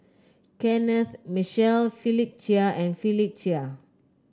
Kenneth Mitchell Philip Chia and Philip Chia